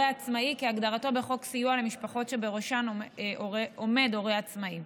עצמאי כהגדרתו בחוק סיוע למשפחות שבראשן עומד הורה עצמאי.